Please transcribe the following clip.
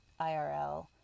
IRL